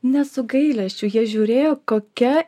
ne su gailesčiu jie žiūrėjo kokia